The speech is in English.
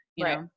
Right